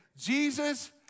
Jesus